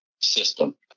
system